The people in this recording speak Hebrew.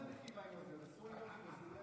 מה זה רכיבה עם אוזניות?